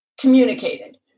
communicated